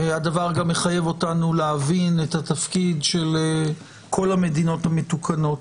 הדבר גם מחייב אותנו להבין את התפקיד של כל המדינות המתוקנות